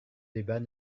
débat